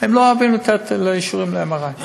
הן לא אוהבות לתת אישורים ל-MRI.